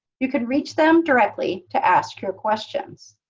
you can reach them directly to ask your questions